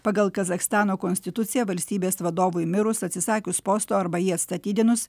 pagal kazachstano konstituciją valstybės vadovui mirus atsisakius posto arba jį atstatydinus